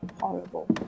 horrible